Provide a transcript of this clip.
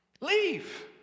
Leave